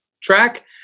track